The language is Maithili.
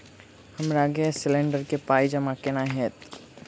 हमरा गैस सिलेंडर केँ पाई जमा केना हएत?